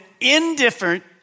indifferent